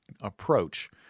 approach